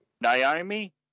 Naomi